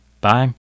Bye